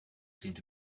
seemed